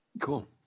Cool